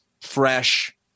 fresh